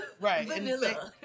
Right